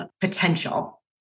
potential